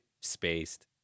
spaced